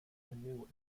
anew